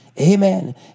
Amen